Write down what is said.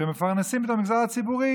שמפרנסים את המגזר הציבורי,